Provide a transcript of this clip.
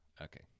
okay